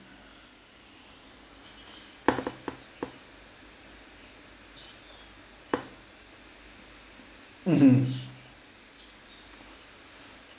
mmhmm